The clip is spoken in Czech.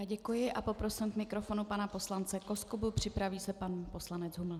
Děkuji a poprosím k mikrofonu pana poslance Koskubu, připraví se pan poslanec Huml.